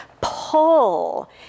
pull